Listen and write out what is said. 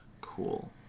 Cool